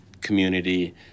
community